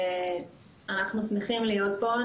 אנחנו שמחים להיות פה.